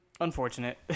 unfortunate